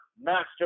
master